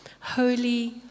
Holy